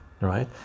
right